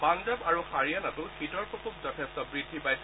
পাঞ্জাৱ আৰু হাৰিয়াণাতো শীতৰ প্ৰকোপ যথেষ্ট বৃদ্ধি পাইছে